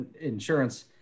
insurance